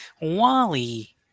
Wally